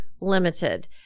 limited